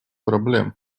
проблем